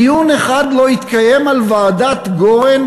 דיון אחד לא התקיים על ועדת גורן